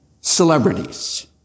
celebrities